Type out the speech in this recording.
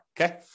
Okay